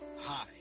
Hi